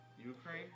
Ukraine